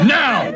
now